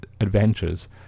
adventures